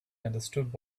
understood